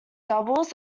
doubles